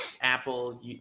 Apple